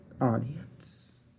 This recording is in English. audience